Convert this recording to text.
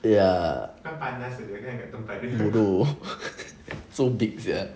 ya bodoh so big sia